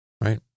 right